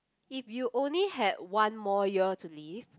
if you only had one more year to live